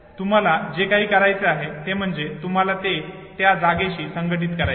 तुम्हाला जे काही करायचे आहे ते म्हणजे तुम्हाला ते त्या जागेशी संघटीत करायचे आहे